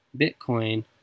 Bitcoin